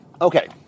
Okay